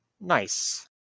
Nice